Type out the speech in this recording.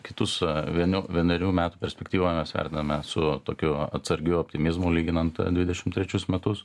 kitus venio vienerių metų perspektyvas vertiname su tokiu atsargiu optimizmu lyginant dvidešimt trečius metus